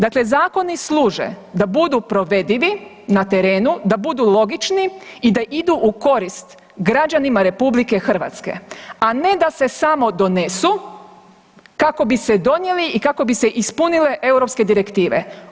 Dakle, zakoni služe da budu provedivi na terenu, da budu logični i da idu u korist građanima RH, a ne da se samo donesu kako bi se donijeli i kako bi se ispunile europske direktive.